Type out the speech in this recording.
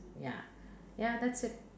ya ya that's it